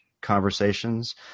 conversations